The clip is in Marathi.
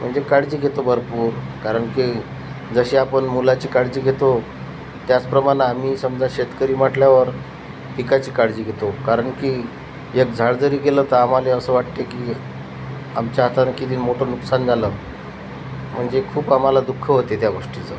म्हणजे काळजी घेतो भरपूर कारण की जशी आपण मुलाची काळजी घेतो त्याचप्रमाणं आम्ही समजा शेतकरी म्हटल्यावर पिकाची काळजी घेतो कारण की एक झाड जरी गेलं तर आम्हाला असं वाटते की आमच्या हातानं किती मोठं नुकसान झालं म्हणजे खूप आम्हाला दुःख होते त्या गोष्टीचं